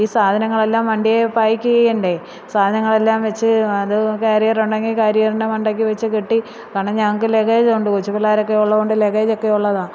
ഈ സാധനങ്ങളെല്ലാം വണ്ടിയിൽ പാക്ക് ചെയ്യേണ്ടേ സാധനങ്ങളെല്ലാം വെച്ച് അത് കാരിയര് ഉണ്ടങ്കിൽ കാര്യറിന്റെ മണ്ടയ്ക്ക് വെച്ച് കെട്ടി കാരണം ഞങ്ങൾക്ക് ലഗേജ് ഉണ്ട് കൊച്ച് പിള്ളേരൊക്കെ ഉള്ളതുകൊണ്ട് ലഗേജ് ഒക്കെ ഉള്ളതാ